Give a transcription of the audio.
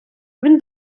він